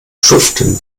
schuften